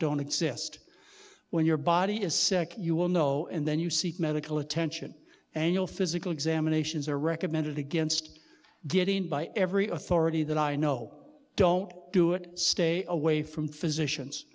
don't exist when your body is sick you will know and then you seek medical attention annual physical examinations are recommended against getting by every authority that i know don't do it stay away from physicians